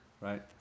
Right